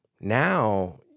Now